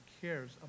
cares